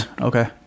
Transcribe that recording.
okay